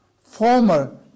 former